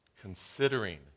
Considering